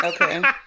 Okay